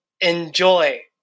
enjoy